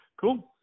Cool